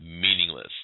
meaningless